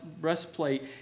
breastplate